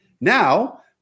Now